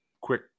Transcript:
quick